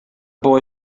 boy